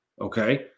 okay